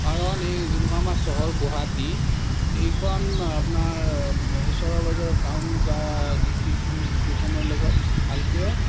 কাৰণ এই যোনখন আমাৰ চহৰ গুৱাহাটী এইখন আপোনাৰ ওচৰৰ পাজৰৰ টাউন বা ডিষ্ট্ৰিক্টখন কেইখনৰ লগত ভালকৈ